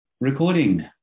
recording